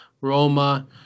Roma